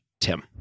Tim